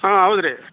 ಹಾಂ ಹೌದ್ರಿ